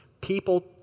people